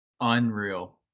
Unreal